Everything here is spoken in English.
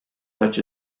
such